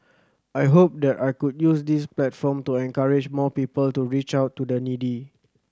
I hope that I could use this platform to encourage more people to reach out to the needy